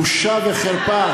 בושה וחרפה.